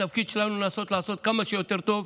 התפקיד שלנו הוא לנסות לעשות כמה שיותר טוב,